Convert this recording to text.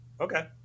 Okay